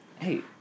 Hey